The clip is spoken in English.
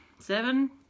seven